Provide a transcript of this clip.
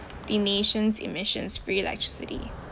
the nation's emissions free electricity